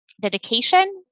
dedication